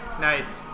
Nice